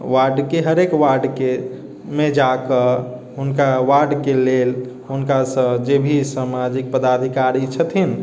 वार्डके हरेक वार्डकेमे जाकऽ हुनका वार्डके लेल हुनकासँ जेभी सामाजिक पदाधिकारी छथिन